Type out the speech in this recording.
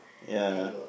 ya